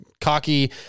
cocky